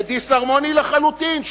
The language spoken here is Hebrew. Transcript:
ודיסהרמוני לחלוטין,